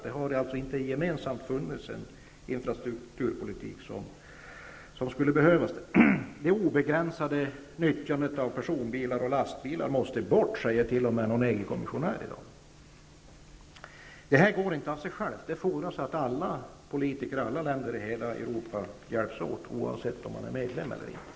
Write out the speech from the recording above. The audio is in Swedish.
Det har alltså inte funnits den gemensamma infrastrukturpolitik som skulle ha behövts. Det obegränsade nyttjandet av lastbilar och personbilar måste upphöra, säger i dag t.o.m. en EG kommissionär. Men det går inte av sig självt. Det fordras att alla politiker i alla länder i Europa hjälps åt, oavsett om man är medlem eller inte.